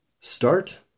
start